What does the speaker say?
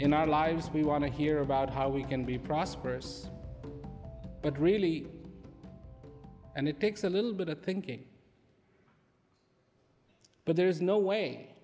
in our lives we want to hear about how we can be prosperous but really and it takes a little bit of thinking but there is no way